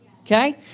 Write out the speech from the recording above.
Okay